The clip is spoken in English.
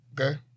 Okay